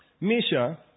Misha